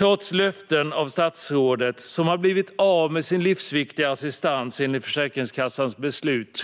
och löften av statsrådet, har blivit av med sin livsviktiga assistans enligt Försäkringskassans beslut?